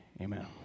Amen